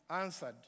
answered